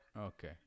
Okay